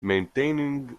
maintaining